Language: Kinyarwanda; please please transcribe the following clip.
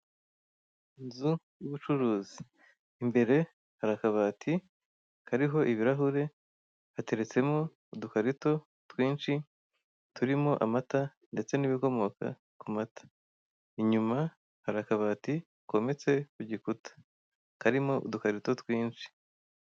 Inzu y'ubucuruzi imbere hari akabati kariho ibirahure gateretsemo udukarito twinshi turimo amata ndetse n'ibikomoka ku mata, inyuma hari akabati kometse ku gikuta karimo udukarito twinshi.